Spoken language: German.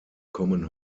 kommen